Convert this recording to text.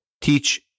teach